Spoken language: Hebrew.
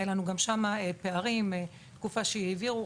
היו לנו גם שם פערים בתקופה שהעבירו,